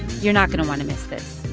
you're not going to want to miss this